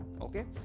okay